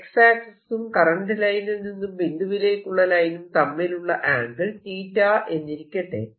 X ആക്സിസും കറന്റ് ലൈനിൽ നിന്നും ബിന്ദുവിലേക്കുള്ള ലൈനും തമ്മിലുള്ള ആംഗിൾ എന്നിരിക്കട്ടെ